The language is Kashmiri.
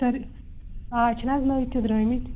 تٔرٕ اَز چھِ نہٕ حظ نٔے تہِ درٛٲمٕتۍ